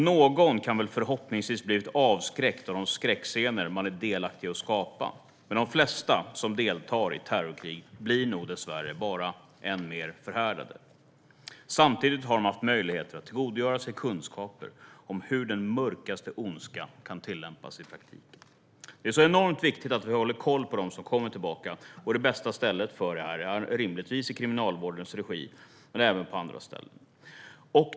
Någon kan förhoppningsvis ha blivit avskräckt av de skräckscener man varit delaktig i att skapa, men de flesta som deltar i terrorkrig blir nog dessvärre bara ännu mer förhärdade. Samtidigt har de haft möjligheter att tillgodogöra sig kunskaper om hur den mörkaste ondska kan tillämpas i praktiken. Det är enormt viktigt att vi håller koll på dem som kommer tillbaka, och de bästa stället för detta är rimligtvis i Kriminalvårdens regi men även andra ställen.